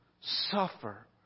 suffer